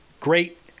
great